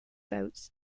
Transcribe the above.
votes